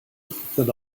then